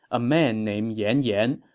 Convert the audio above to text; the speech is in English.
a man named yan yan,